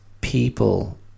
people